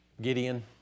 Gideon